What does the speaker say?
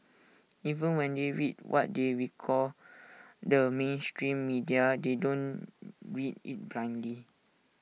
even when they read what they recall the mainstream media they don't read IT blindly